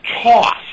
toss